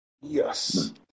Yes